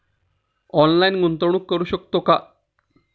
Online गुंतवणूक करू शकतो का?